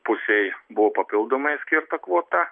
pusėj buvo papildomai skirta kvota